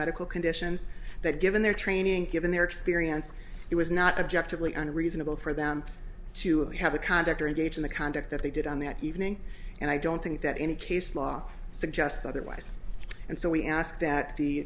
medical conditions that given their training given their experience it was not objective leon reasonable for them to have a conduct or engage in the conduct that they did on that evening and i don't think that any case law suggests otherwise and so we ask that the